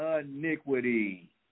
iniquity